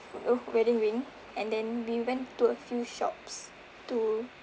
a wedding ring and then we went to a few shops to